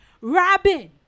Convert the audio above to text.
Robin